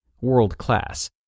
world-class